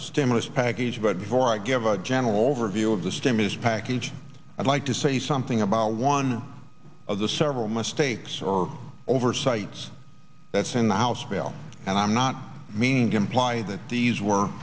stimulus package but before i give a general overview of the stimulus package i'd like to say something about one of the several mistakes or oversights that's in the house bill and i'm not mean to imply that these were